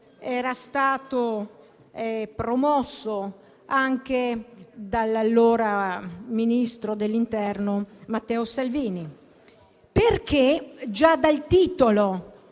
era stato promosso anche dall'allora ministro dell'interno Matteo Salvini. Già dal titolo